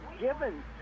given